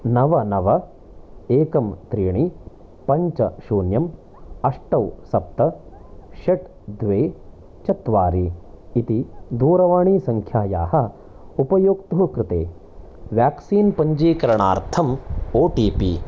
नव नव एकं त्रीणि पञ्च शून्यम् अष्ट सप्त षट् द्वे चत्वारि इति दूरवाणीसङ्ख्यायाः उपयोक्तुः कृते व्याक्सीन् पञ्जीकरणार्थं ओ टि पि